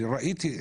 אני ראיתי,